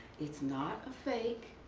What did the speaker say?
it's not a fake.